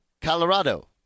Colorado